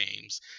games